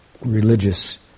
religious